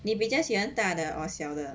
你比较喜欢大的或小的